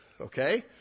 Okay